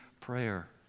prayer